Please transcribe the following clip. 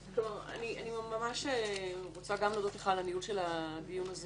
אני רוצה להודות לך על הניהול של הדיון הזה